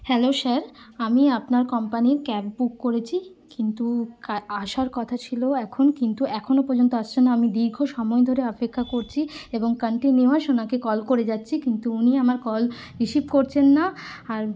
hello sir আমি আপনার কম্পানির ক্যাব বুক করেছি কিন্তু আসার কথা ছিলো এখন কিন্তু এখনও পর্যন্ত আসছে না আমি দীর্ঘ সময় ধরে অপেক্ষা করছি এবং কান্টিনিউস ওনাকে কল করে যাচ্ছি কিন্তু উনি আমার কল রিসিভ করছেন না আর